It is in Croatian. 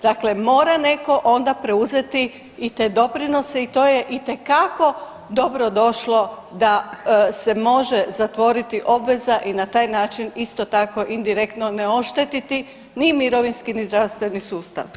Dakle, mora netko onda preuzeti i te doprinose i to je itekako dobro došlo da se može zatvoriti obveza i na taj način isto tako indirektno neoštetiti ni mirovinski, ni zdravstveni sustav.